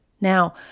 Now